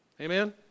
Amen